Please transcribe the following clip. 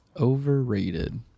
overrated